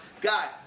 Guys